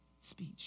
speech